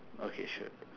okay sure